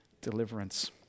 deliverance